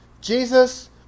Jesus